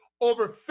over